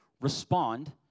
respond